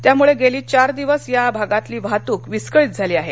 त्यामुळे गेली चार दिवस या भागातील वाहतूक विस्कळीत झाली आहे